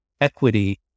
equity